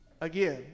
again